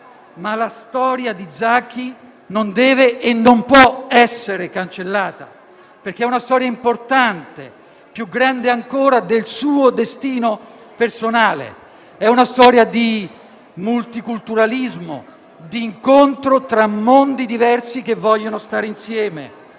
Ma la storia di Zaki non deve e non può essere cancellata, perché è una storia importante, più grande ancora del suo destino personale: è una storia di multiculturalismo, di incontro tra mondi diversi che vogliono stare insieme.